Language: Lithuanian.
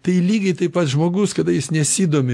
tai lygiai taip pat žmogus kada jis nesidomi